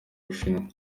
bushinwa